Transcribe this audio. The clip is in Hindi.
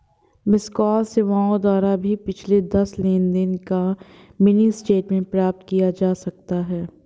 मिसकॉल सेवाओं द्वारा भी पिछले दस लेनदेन का मिनी स्टेटमेंट प्राप्त किया जा सकता है